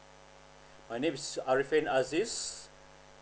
my name is arifin azis